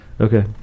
Okay